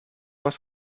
was